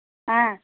آ